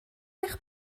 eich